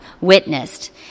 witnessed